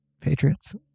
Patriots